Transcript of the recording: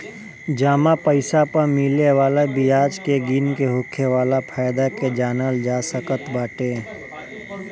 जमा पईसा पअ मिले वाला बियाज के गिन के होखे वाला फायदा के जानल जा सकत बाटे